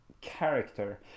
character